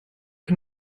can